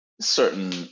certain